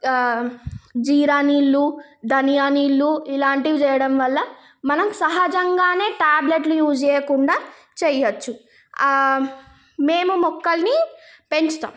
జీరా నీళ్ళు ధనియా నీళ్ళు ఇలాంటివి చేయడం వల్ల మనం సహజంగా ట్యాబ్లెట్లు యూజ్ చేయకుండా చేయవచ్చు మేము మొక్కల్ని పెంచుతాం